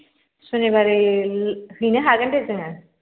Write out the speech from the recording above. शुनिबारै हैनो हागोन दे जोङो